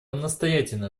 настоятельно